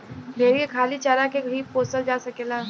भेरी के खाली चारा के ही पोसल जा सकेला